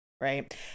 right